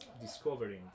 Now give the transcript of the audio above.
discovering